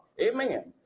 amen